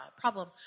problem